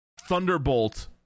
Thunderbolt